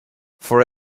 for